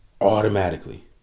Automatically